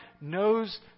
knows